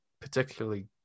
particularly